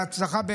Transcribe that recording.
להצלחה.